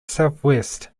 southwest